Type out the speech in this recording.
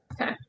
okay